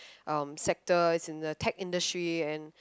um sectors in a tech industry and